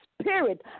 spirit